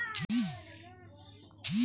पराटीची किंमत वाढन का?